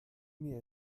mir